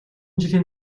жилийн